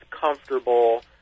comfortable